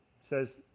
says